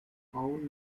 frauen